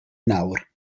nawr